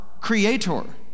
creator